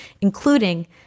including